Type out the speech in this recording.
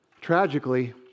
tragically